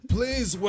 Please